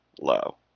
low